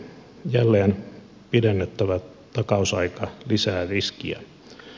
jälleen pidennettävä takausaika lisää riskiä